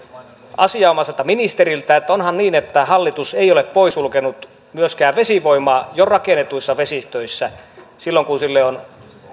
asianomaiselta ministeriltä onhan niin että hallitus ei ole poissulkenut myöskään vesivoimaa jo rakennetuissa vesistöissä silloin kun sille on